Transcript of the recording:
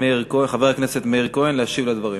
מאיר כהן, חבר הכנסת מאיר כהן, להשיב על הדברים.